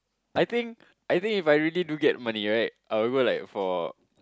I think I think if I really do get money right I'll go like for